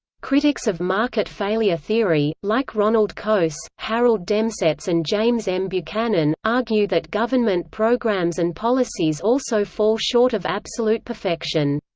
critics of market failure theory, like ronald coase, harold demsetz and james m. buchanan, argue that government programs and policies also fall short of absolute perfection.